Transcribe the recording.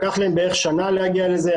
לקח להם בערך שנה להגיע לזה.